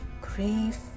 grief